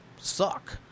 suck